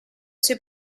suoi